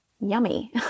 yummy